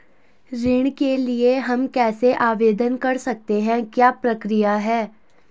ऋण के लिए हम कैसे आवेदन कर सकते हैं क्या प्रक्रिया है?